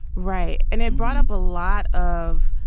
right. and it brought up a lot of